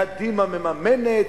קדימה מממנת,